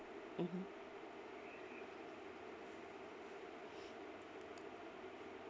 mmhmm